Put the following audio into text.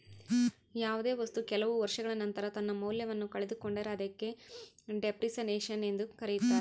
ಯಾವುದೇ ವಸ್ತು ಕೆಲವು ವರ್ಷಗಳ ನಂತರ ತನ್ನ ಮೌಲ್ಯವನ್ನು ಕಳೆದುಕೊಂಡರೆ ಅದಕ್ಕೆ ಡೆಪ್ರಿಸಸೇಷನ್ ಎಂದು ಕರೆಯುತ್ತಾರೆ